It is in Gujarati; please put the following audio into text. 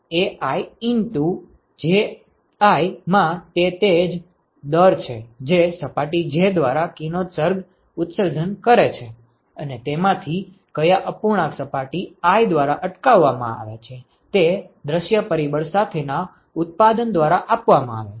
તેથી આ AiJi માં તે તે જ દર છે જે સપાટી j દ્વારા કિરણોત્સર્ગ ઉત્સર્જન કરે છે અને તેમાંથી કયા અપૂર્ણાંક સપાટી i દ્વારા અટકાવવામાં આવે છે તે દૃશ્ય પરિબળ સાથેના ઉત્પાદન દ્વારા આપવામાં આવે છે